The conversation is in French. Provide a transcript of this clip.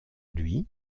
lui